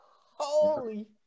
Holy